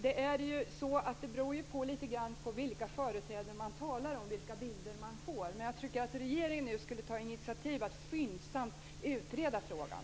Det beror lite grann på vilka företrädare man talar med vilka bilder man får, men jag tycker att regeringen skulle ta initiativ till att skyndsamt utreda frågan.